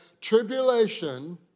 tribulation